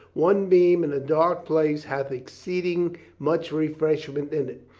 one beam in a dark place hath exceeding much refresh ment in it.